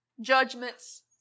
judgments